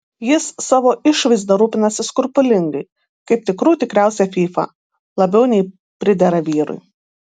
jis savo išvaizda rūpinasi skrupulingai kaip tikrų tikriausia fyfa labiau nei pridera vyrui